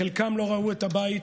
חלקם לא ראו את הבית